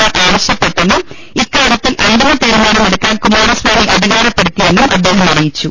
മാർ ആവശ്യപ്പെട്ടെന്നും ഇക്കാര്യത്തിൽ അന്തിമതീരുമാനമെടുക്കാൻ കുമാരസ്വാമി അധികാരപ്പെടുത്തിയെന്നും അദ്ദേഹം അറിയിച്ചു